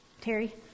Terry